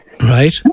right